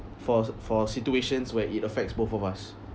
for for situations where it affects both of us